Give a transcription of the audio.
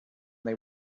they